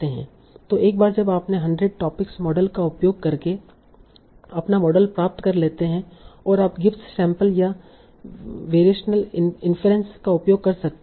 तो एक बार जब आप अपने 100 टोपिक मॉडल का उपयोग करके अपना मॉडल प्राप्त कर लेते हैं और आप गिब्स सैंपल या वेरिएशनल इन्फेरेंस का उपयोग कर सकते हैं